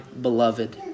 beloved